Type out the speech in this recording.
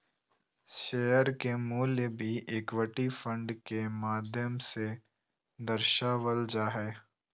share के मूल्य भी इक्विटी फंड के माध्यम से दर्शावल जा हय